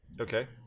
Okay